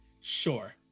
Sure